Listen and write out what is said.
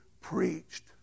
preached